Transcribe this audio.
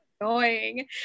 annoying